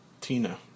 Tina